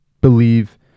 believe